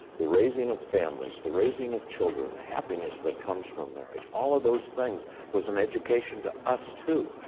the raising of families, the raising of children, the happiness that comes from marriage, all of those things was an education to us, too.